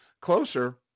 closer